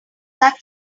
such